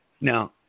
Now